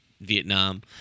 Vietnam